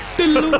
tillu?